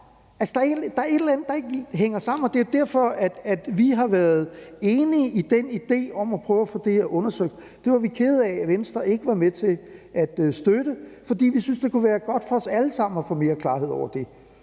Der er et eller andet, der ikke hænger sammen, og det er jo derfor, at vi har været enige i den idé om at prøve at få det her undersøgt. Det er vi kede af at Venstre ikke var med til at støtte, for vi synes, at det kunne være godt for os alle sammen at få mere klarhed over det,